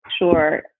Sure